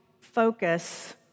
focus